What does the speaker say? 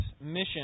mission